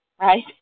right